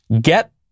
get